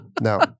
No